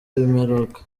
w’imperuka